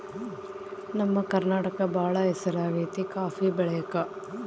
ನಮ್ಮ ಕರ್ನಾಟಕ ಬಾಳ ಹೆಸರಾಗೆತೆ ಕಾಪಿ ಬೆಳೆಕ